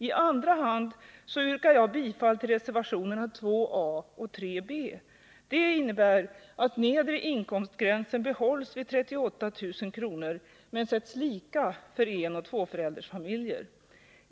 I andra hand yrkar jag bifall till reservationerna 2 a och 3 b. Det innebär att nedre inkomstgränsen behålls vid 38 000 kr. men sätts lika för enoch tvåföräldersfamiljer.